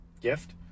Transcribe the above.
gift